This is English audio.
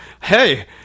hey